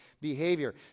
behavior